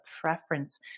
preference